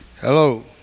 Hello